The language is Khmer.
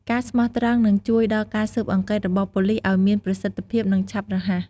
ការស្មោះត្រង់នឹងជួយដល់ការស៊ើបអង្កេតរបស់ប៉ូលិសឲ្យមានប្រសិទ្ធភាព និងឆាប់រហ័ស។